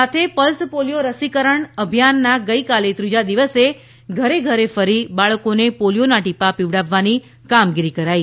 આ સાથે જ પલ્સ પોલીયો રસીકરણ અભિયાનના ગઇકાલે ત્રીજા દિવસે ઘરે ઘરે ફરી બાળકોને પોલીયોના ટીપા પીવડાવવાની કામગીરી કરાઈ